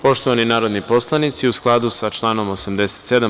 Poštovani narodni poslanici, u skladu sa članom 87.